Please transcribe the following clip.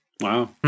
Wow